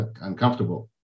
uncomfortable